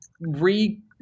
re